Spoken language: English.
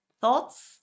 Thoughts